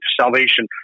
salvation